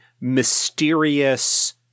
mysterious